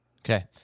Okay